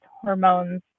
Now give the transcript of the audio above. hormones